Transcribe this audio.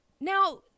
Now